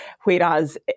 whereas